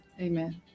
Amen